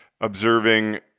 observing